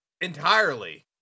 entirely